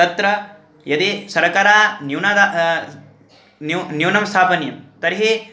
तत्र यदि शर्करा न्यूनं न्यूनं न्यूनं स्थापनीयं तर्हि